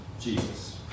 Jesus